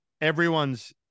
everyone's